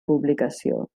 publicació